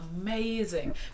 amazing